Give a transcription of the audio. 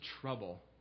trouble